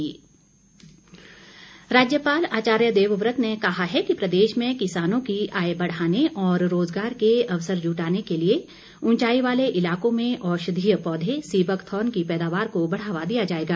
राज्यपाल राज्यपाल आचार्य देवव्रत ने कहा है कि प्रदेश में किसानों की आय बढ़ाने और रोजगार के अवसर जुटाने के लिए ऊंचाई वाले इलाकों में औषधीय पौध सी बकथार्न की पैदावार को बढ़ावा दिया जाएगा